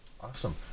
Awesome